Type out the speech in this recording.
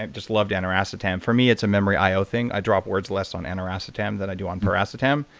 um just loved aniracetam. for me, it's a memory aisle thing. i drop words less on aniracetam than i do on piracetam.